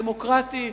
דמוקרטי,